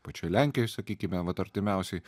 pačioj lenkijoj sakykime vat artimiausioj